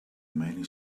many